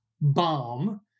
bomb